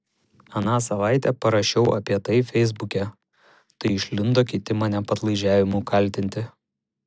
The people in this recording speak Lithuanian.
aną savaitę parašiau apie tai feisbuke tai išlindo kiti mane padlaižiavimu kaltinti